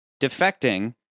defecting